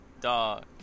dog